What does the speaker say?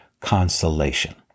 consolation